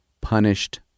Punished